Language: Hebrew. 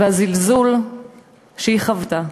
והזלזול שהיא חוותה,